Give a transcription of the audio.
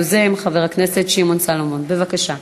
היוזם, חבר הכנסת שמעון סולומון, בבקשה.